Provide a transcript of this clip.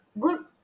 good